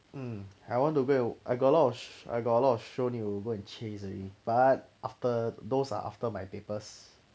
um I want to wait I got a lot of sh~ I got a lot of show need to go and chase already but after those are after my papers